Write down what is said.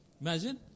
Imagine